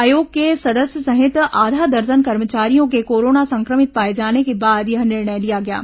आयोग के सदस्य सहित आधा दर्जन कर्मचारियों के कोरोना संक्रमित पाए जाने के बाद यह निर्णय लिया गया है